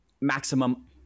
maximum